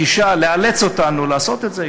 הגישה של לאלץ אותנו לעשות את זה,